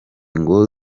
ngo